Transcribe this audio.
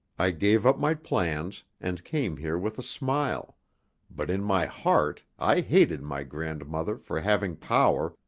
i gave up my plans, and came here with a smile but in my heart i hated my grandmother for having power,